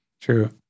True